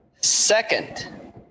second